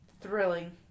Thrilling